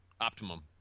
optimum